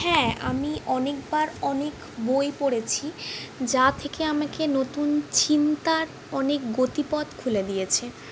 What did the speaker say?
হ্যাঁ আমি অনেকবার অনেক বই পড়েছি যা থেকে আমাকে নতুন চিন্তার অনেক গতিপথ খুলে দিয়েছে